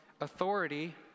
authority